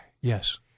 yes